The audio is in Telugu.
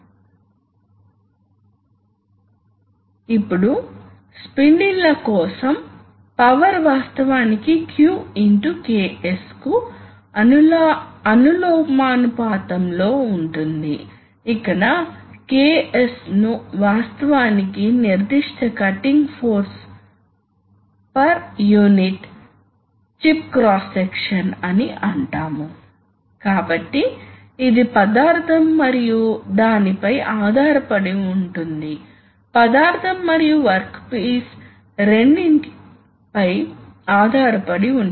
మీరు వివిధ రకాల రెస్పాన్స్ లను పొందవచ్చు ఉదాహరణకు చిన్న ఛాంబర్స్ కోసం ఇది అండర్ డామ్పెడ్ రెస్పాన్స్ గా ఉంటుంది కాబట్టి ప్రెషర్ పెరుగుతుంది అప్పుడు అది ఓవర్ షూట్ అవుతుంది మరియు అదే సమయంలో మీకు పెద్ద ఛాంబర్ ఉంటే క్రమంగా నిజమైన ప్రెషర్ కి లోనవుతుంది కొన్నిసార్లు ఇది ఓవర్ డామ్పేడ్ రెస్పాన్స్ కావచ్చు అయితే ఏమైనప్పటికీ కొంత సమయం పడుతుంది ఉదాహరణకు యాక్చుయేషన్ జరగడానికి ముందు ఎక్కువ సమయం అవసరం